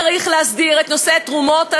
צריך להסדיר את נושא תרומות הזרע.